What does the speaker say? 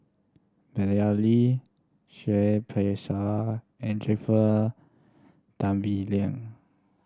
Madeleine Lee Seah Peck Seah and Jennifer Tan Bee Leng